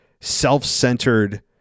self-centered